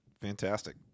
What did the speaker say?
Fantastic